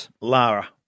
Lara